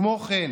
כמו כן,